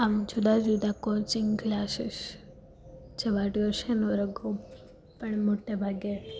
આમ જુદા જુદા કોચિંગ ક્લાસીસ જેવા ટ્યુશન વર્ગો પણ મોટાભાગે